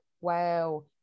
wow